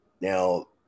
Now